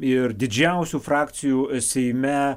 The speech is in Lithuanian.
ir didžiausių frakcijų seime